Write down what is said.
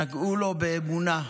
נגעו לו באמונה,